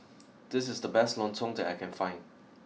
this is the best Lontong that I can find